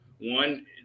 one